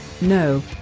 No